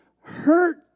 hurt